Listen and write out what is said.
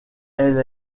elle